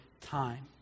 time